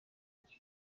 nke